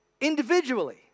Individually